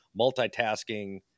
multitasking